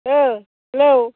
औ हेलौ